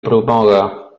promoga